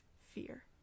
fear